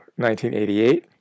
1988